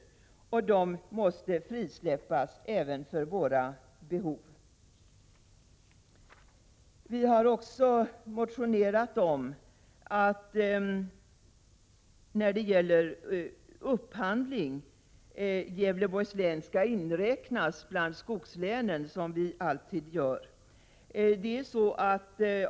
Investeringsfonderna måste därför frisläppas även för dessa företags behov. Vi har även motionerat om att Gävleborgs län ej skall undantas från skogslänen när det gäller upphandling.